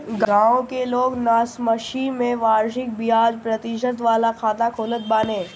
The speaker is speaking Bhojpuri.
गांव के लोग नासमझी में वार्षिक बियाज प्रतिशत वाला खाता खोलत बाने